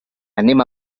anem